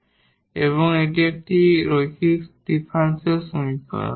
সুতরাং এটি একটি লিনিয়ার ডিফারেনশিয়াল সমীকরণ